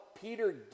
Peter